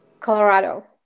Colorado